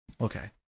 okay